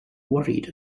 worried